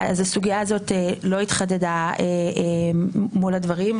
הסוגייה הזאת לא התחדדה מול הדברים.